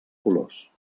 colors